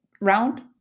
round